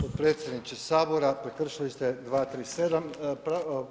Potpredsjedniče Sabora prekršili ste 237.